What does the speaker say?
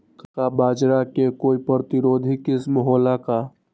का बाजरा के कोई प्रतिरोधी किस्म हो ला का?